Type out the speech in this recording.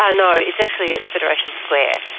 no, it's actually at federation square.